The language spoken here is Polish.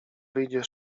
wyjdzie